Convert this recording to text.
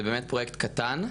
זה באמת פרויקט קטן,